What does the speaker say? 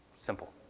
Simple